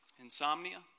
Insomnia